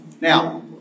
now